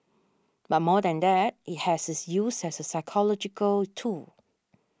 but more than that it has its use as a psychological tool